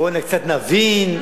בואו קצת נבין,